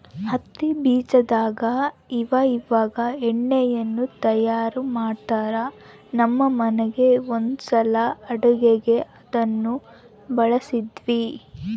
ಹತ್ತಿ ಬೀಜದಾಗ ಇವಇವಾಗ ಎಣ್ಣೆಯನ್ನು ತಯಾರ ಮಾಡ್ತರಾ, ನಮ್ಮ ಮನೆಗ ಒಂದ್ಸಲ ಅಡುಗೆಗೆ ಅದನ್ನ ಬಳಸಿದ್ವಿ